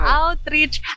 outreach